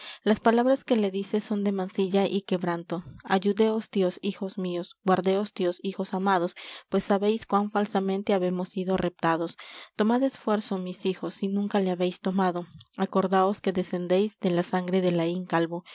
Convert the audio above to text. las palabras que les dice son de mancilla y quebranto ayúdeos dios hijos míos guárdeos dios hijos amados pues sabéis cuán falsamente habemos sido reptados tomad esfuerzo mis hijos si nunca le habéis tomado acordaos que descendéis de la sangre de laín calvo